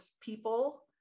people